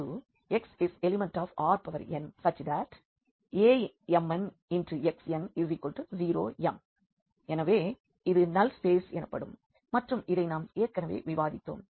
Vx∈RnAmnxn0m எனவே இது null space எனப்படும் மற்றும் இதை நாம் ஏற்கனவே விவாதித்தோம்